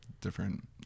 different